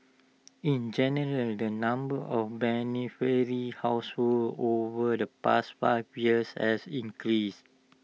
in general the number of beneficiary households over the past five years has increased